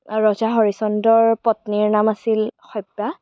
ৰজা হৰিশ্চন্দ্ৰৰ পত্নীৰ নাম আছিল সভ্যা